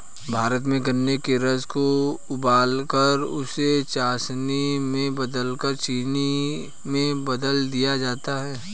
भारत में गन्ने के रस को उबालकर उसे चासनी में बदलकर चीनी में बदल दिया जाता है